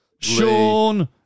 sean